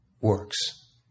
works